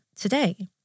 today